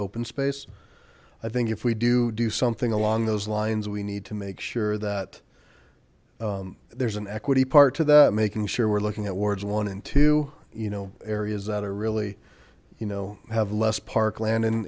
open space i think if we do do something along those lines we need to make sure that there's an equity part to that making sure we're looking at wards one and two you know areas that are really you know have less parkland